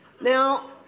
Now